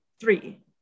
Three